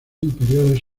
inferiores